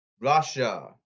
Russia